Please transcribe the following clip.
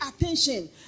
attention